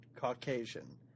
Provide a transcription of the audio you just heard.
Caucasian